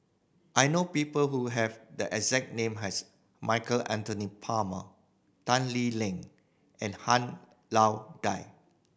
I know people who have the exact name as Michael Anthony Palmer Tan Lee Leng and Han Lao Da